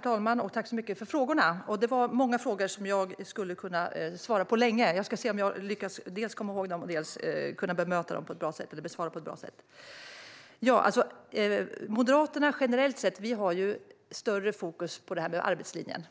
talman! Tack så mycket för frågorna! Det var många frågor som jag skulle kunna svara på länge. Jag ska se om jag dels lyckas komma ihåg dem, dels lyckas besvara dem på ett bra sätt. Generellt sett har vi moderater större fokus på arbetslinjen.